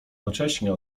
nocześnie